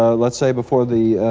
ah let's say, before the